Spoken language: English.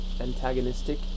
antagonistic